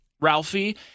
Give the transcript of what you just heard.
Ralphie